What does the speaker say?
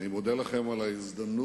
אני מודה לכם על ההזדמנות,